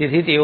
તેથી